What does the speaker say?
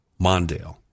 Mondale